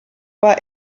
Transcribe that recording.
war